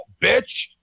bitch